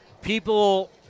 people